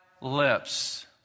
lips